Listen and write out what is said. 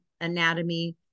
anatomy